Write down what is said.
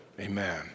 Amen